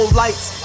lights